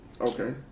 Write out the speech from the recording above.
Okay